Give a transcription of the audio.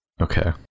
Okay